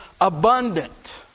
abundant